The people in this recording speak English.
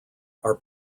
are